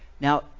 Now